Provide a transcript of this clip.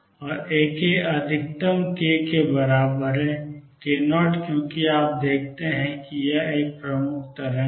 और Ak अधिकतम k के बराबर है k0 क्योंकि आप देखते हैं कि यह एक प्रमुख तरंग है